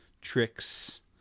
tricks